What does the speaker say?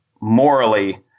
morally